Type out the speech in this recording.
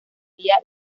vía